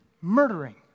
murdering